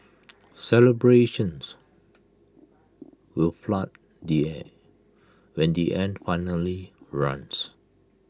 celebrations will flood the air when the end finally runs